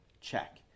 check